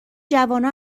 جوونا